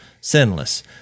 sinless